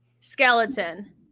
skeleton